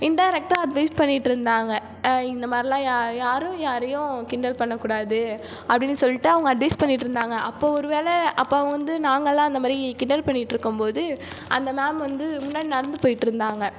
இன்டேரெக்டாக advice பண்ணிட்டிருந்தாங்க இந்த மாதிரிலாம் யா யாரும் யாரையும் கிண்டல் பண்ணக்கூடாது அப்படினு சொல்லிட்டு அவங்க அட்வைஸ் பண்ணிட்டிருந்தாங்க அப்போது ஒரு வேளை அப்போ அவங்க வந்து நாங்கள்லாம் அந்த மாதிரி கிண்டல் பண்ணிட்டு இருக்கும்போது அந்த மேம் வந்து முன்னாடி நடந்து போய்கிட்ருந்தாங்க